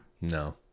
No